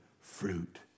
fruit